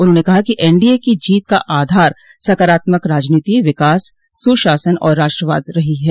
उन्होंने कहा कि एनडीए की जीत का आधार सकारात्मक राजनीति विकास सुशासन और राष्ट्रवाद रही है